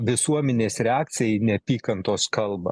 visuomenės reakcija į neapykantos kalbą